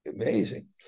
amazing